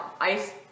Ice